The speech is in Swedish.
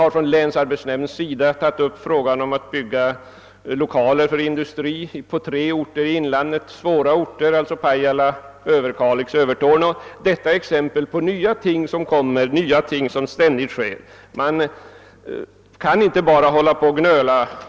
Vidare har länsarbetsnämnden tagit upp frågan om att bygga lokaler för industri på tre besvärliga orter i inlandet, nämligen Pajala, Överkalix och Övertorneå. Detta är exempel på de nya ting som ständigt kommer in i bilden. Man kan inte bara hålla på att gnöla.